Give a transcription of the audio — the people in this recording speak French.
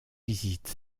visite